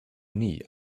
nie